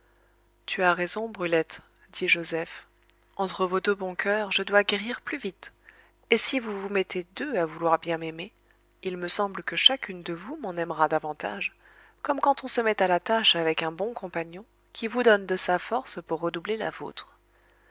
tu as raison brulette dit joseph entre vos deux bons coeurs je dois guérir plus vite et si vous vous mettez deux à vouloir bien m'aimer il me semble que chacune de vous m'en aimera davantage comme quand on se met à la tâche avec un bon compagnon qui vous donne de sa force pour redoubler la vôtre